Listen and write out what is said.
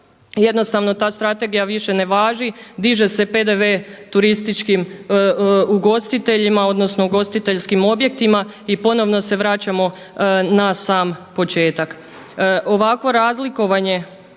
jednostavno ta strategija više ne važi, diže se PDV turističkim ugostiteljima, odnosno ugostiteljskim objektima i ponovno se vraćamo na sam početak.